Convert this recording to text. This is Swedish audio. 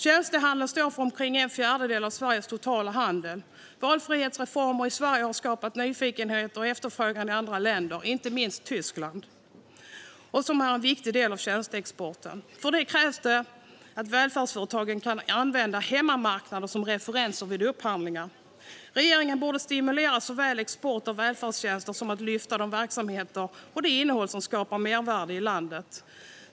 Tjänstehandeln står för omkring en fjärdedel av Sveriges totala handel. Valfrihetsreformer i Sverige har skapat nyfikenhet och efterfrågan i andra länder, inte minst Tyskland, och är en viktig del av tjänsteexporten. Det krävs att välfärdsföretagen kan använda hemmamarknaden som referens vid upphandlingar. Regeringen borde såväl stimulera export av välfärdstjänster som lyfta de verksamheter och det innehåll som skapar mervärde i landet.